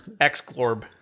X-Glorb